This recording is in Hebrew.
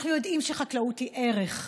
אנחנו יודעים שחקלאות היא ערך,